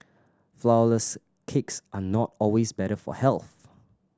flourless cakes are not always better for health